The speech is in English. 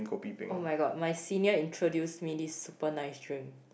oh-my-god my senior introduced me this super nice drink